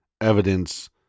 evidence